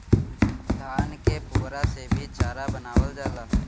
धान के पुअरा से भी चारा बनावल जाला